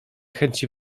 chęci